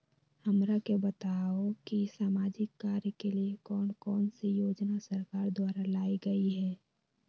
हमरा के बताओ कि सामाजिक कार्य के लिए कौन कौन सी योजना सरकार द्वारा लाई गई है?